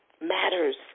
matters